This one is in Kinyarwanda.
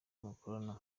mukorana